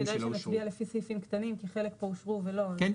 חלקים שלו אושרו.